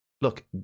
look